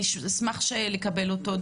אני אשמח לקבל אותו,